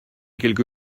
quelque